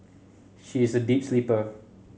she is a deep sleeper